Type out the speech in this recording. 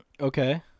Okay